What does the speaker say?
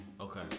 Okay